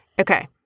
Okay